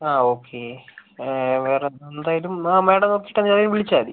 ആ ഓക്കെ വേറെന്തായാലും മേഡം ഓഫീസിൽ ചെന്നിട്ട് വിളിച്ചാൽ മതി